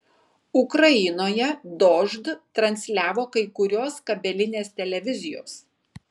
ukrainoje dožd transliavo kai kurios kabelinės televizijos